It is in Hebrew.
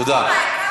תודה.